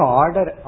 order